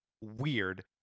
weird